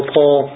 Paul